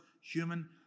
human